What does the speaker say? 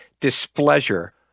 displeasure